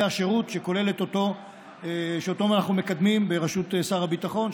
השירות שאותו אנחנו מקדמים בראשות שר הביטחון,